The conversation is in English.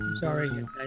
Sorry